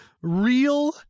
Real